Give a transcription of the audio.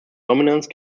dominance